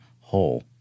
whole